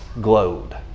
glowed